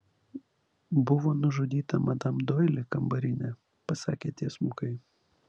buvo nužudyta madam doili kambarinė pasakė tiesmukai